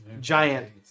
giant